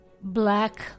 Black